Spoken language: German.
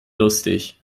lustig